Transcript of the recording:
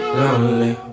lonely